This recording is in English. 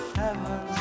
heaven